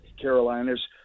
Carolinas